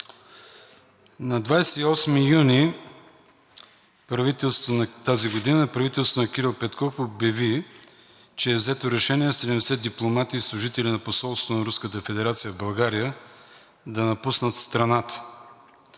тази година правителството на Кирил Петков обяви, че е взето решение 70 дипломати и служители на посолството на Руската федерация в България да напуснат страната.